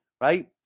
right